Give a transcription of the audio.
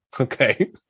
Okay